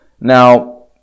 Now